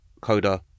coda